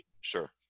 sure